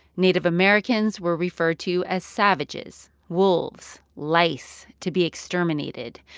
native americans were referred to as savages, wolves, lice to be exterminated.